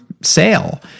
sale